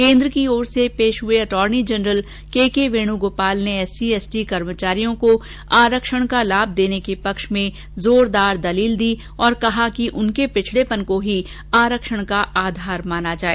केन्द्र की ओर से पेश हुए अटॉर्नी जनरल केकेवेणुगोपाल ने एससी एसटी कर्मचारियों को आरक्षण का लाभ देने के पक्ष में जोरदार दलील दी और कहा कि उनके पिछड़ेपन को ही आरक्षण का आधार माना जाए